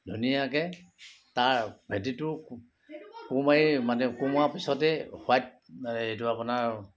ধুনীয়াকৈ তাৰ ভেঁটিটো কোৰ মাৰি মানে কোৰ মৰা পিছতে হোৱাইট এইটো আপোনাৰ